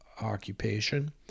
occupation